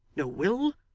no will,